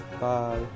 Bye